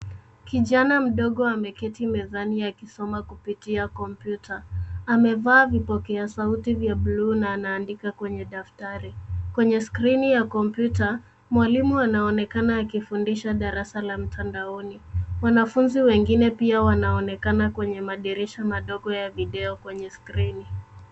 Kijana mdogo ameketi mezani akisoma kupitia kompyuta. Amevaa vipokea sauti ya buluu na anaandika kwenye daftari. Kwenye skrini ya kompyuta, mwalimu anaonekana akifundisha darasa la mtandaoni. Wanafunzi wengine pia wanaonekana kwenye madirisha madogo ya video kwenye skrini.